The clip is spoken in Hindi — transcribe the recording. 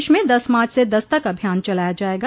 प्रदेश में दस मार्च से दस्तक अभियान चलाया जायेगा